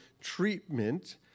treatment